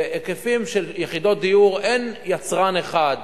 בהיקפים של יחידות דיור אין יצרן אחד,